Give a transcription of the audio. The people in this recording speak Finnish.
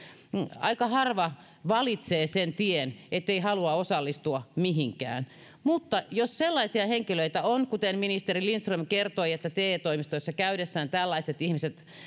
aika harva valitsee sen tien ettei halua osallistua mihinkään mutta jos sellaisia henkilöitä on ministeri lindström kertoi että te toimistoissa käydessään sellaiset ihmiset